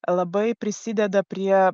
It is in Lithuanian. labai prisideda prie